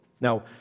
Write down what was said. Now